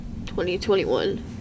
2021